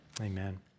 amen